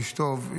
איש טוב,